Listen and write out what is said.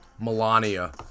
Melania